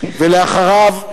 ואחריו,